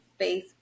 Facebook